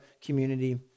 community